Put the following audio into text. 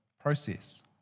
process